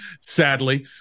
sadly